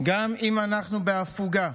גם אם אנחנו בהפוגה,